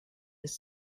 his